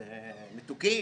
הם מתוקים,